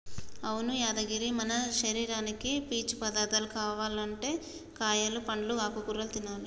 అవును యాదగిరి మన శరీరానికి పీచు పదార్థాలు కావనంటే కాయలు పండ్లు ఆకుకూరలు తినాలి